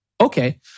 Okay